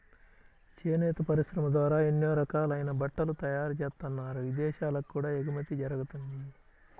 చేనేత పరిశ్రమ ద్వారా ఎన్నో రకాలైన బట్టలు తయారుజేత్తన్నారు, ఇదేశాలకు కూడా ఎగుమతి జరగతంది